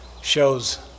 shows